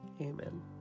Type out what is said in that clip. Amen